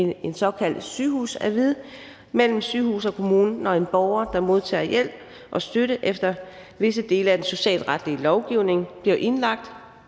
en såkaldt sygehusadvis, mellem sygehus og kommune, når en borger, der modtager hjælp og støtte efter visse dele af den socialretlige lovgivning, bliver indlagt